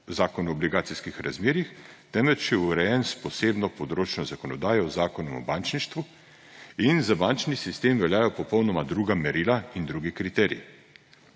Zakonu o obligacijskih razmerjih, temveč je urejen s posebno področno zakonodajo, z Zakonom o bančništvu, in za bančni sistem veljajo popolnoma druga merila in drugi kriteriji.